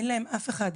אין להן אף אחד.